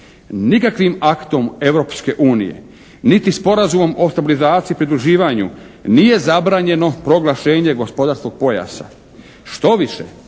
Nikakvim aktom Europske unije, niti Sporazumom o stabilizaciji i pridruživanju nije zabranjeno proglašenje gospodarskog pojasa. Štoviše,